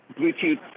Bluetooth